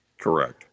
Correct